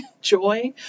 joy